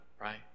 right